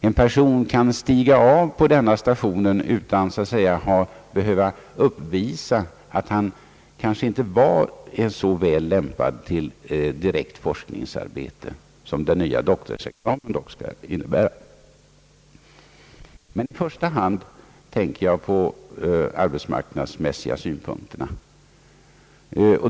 En person skulle kunna stiga av på denna station utan att behöva stämplas som mindre väl lämpad för direkt forskningsarbete av den art som kommer att fordras för den nya doktorsexamen. I första hand tänker jag dock på de arbetsmarknadsmässiga synpunkterna.